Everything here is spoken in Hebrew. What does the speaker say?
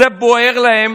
זה בוער להם